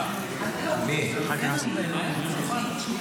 שלוש דקות.